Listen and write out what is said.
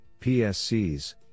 PSCs